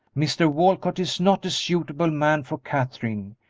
mr. walcott is not a suitable man for katherine,